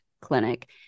clinic